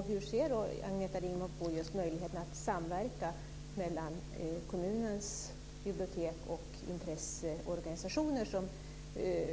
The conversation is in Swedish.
Hur ser Agneta Ringman på just möjligheten att samverka mellan kommunens bibliotek och intresseorganisationer